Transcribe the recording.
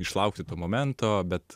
išlaukti to momento bet